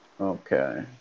Okay